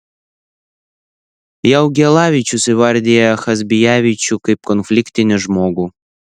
jaugielavičius įvardija chazbijavičių kaip konfliktinį žmogų